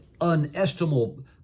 unestimable